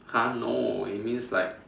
!huh! no it means like